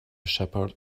shepherd